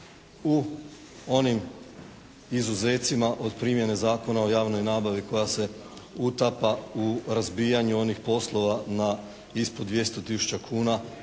u onim izuzecima od primjene Zakona o javnoj nabavi koja se utapa u razbijanju onih poslova na ispod 200 tisuća